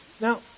Now